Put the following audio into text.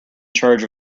charge